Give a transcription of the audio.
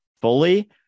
fully